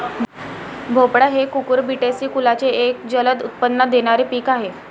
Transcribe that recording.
भोपळा हे कुकुरबिटेसी कुलाचे एक जलद उत्पन्न देणारे पीक आहे